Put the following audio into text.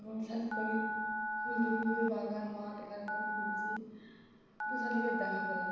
এখন শালিক পাখি খুঁজতে খুঁজতে বাগান মাঠ এখানে ওখানে খুঁজছি দুটো শালিকের দেখা পেলাম